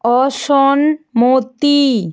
অসম্মতি